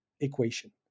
equation